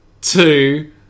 two